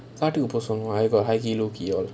காட்டுக்கு பூ சொல்லுவான்:kaatuku poo soluvaan high key low key